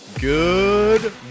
Good